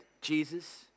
Jesus